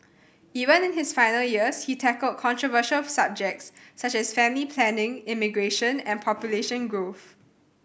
even in his final years he tackled controversial subjects such as family planning immigration and population growth